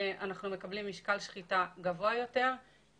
אנחנו מקבלים משקל שחיטה גבוה יותר,